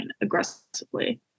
aggressively